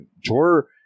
Jor